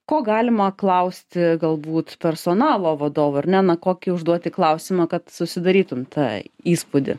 ko galima klausti galbūt personalo vadovo ar ne na kokį užduoti klausimą kad susidarytum tą įspūdį